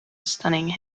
stunning